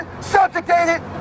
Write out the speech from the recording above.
subjugated